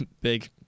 Big